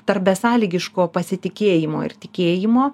tarp besąlygiško pasitikėjimo ir tikėjimo